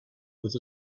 with